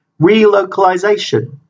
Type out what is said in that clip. Relocalisation